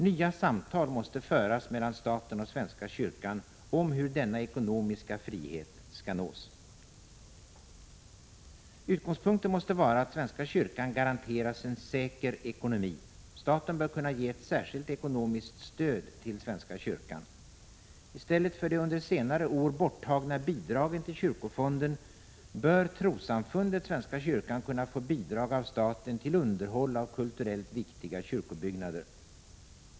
Nya samtal måste föras mellan staten och svenska kyrkan om hur denna ekonomiska frihet skall nås. Utgångspunkten måste vara att svenska kyrkan garanteras en säker ekonomi. Staten bör kunna ge ett särskilt ekonomiskt stöd till svenska kyrkan. I stället för de under de senaste åren borttagna bidragen till kyrkofonden bör trossamfundet svenska kyrkan kunna få bidrag av staten till underhåll av kulturellt viktiga kyrkobyggnader.